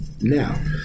now